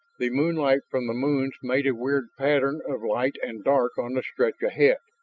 the moonlight from the moons made a weird pattern of light and dark on the stretch ahead.